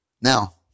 Now